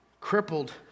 Crippled